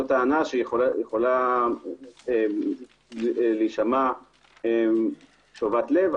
זו טענה שיכולה להישמע שובת לב,